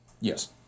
yes